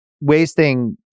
wasting